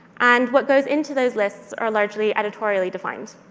and what goes into those lists are largely editorially defined.